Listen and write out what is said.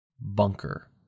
Bunker